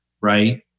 right